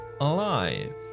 Alive